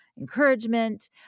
encouragement